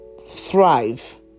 Thrive